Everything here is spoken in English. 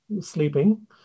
sleeping